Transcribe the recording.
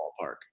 ballpark